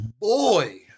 boy